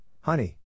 honey